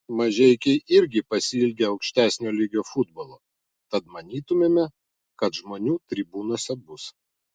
mažeikiai irgi pasiilgę aukštesnio lygio futbolo tad manytumėme kad žmonių tribūnose bus